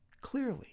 clearly